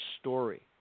story